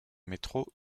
métro